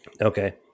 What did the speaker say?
Okay